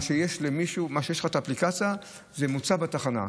מה שיש באפליקציה, זה מוצג בתחנה.